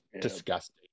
disgusting